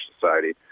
society